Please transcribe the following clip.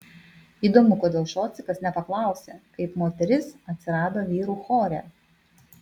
įdomu kodėl šocikas nepaklausė kaip moteris atsirado vyrų chore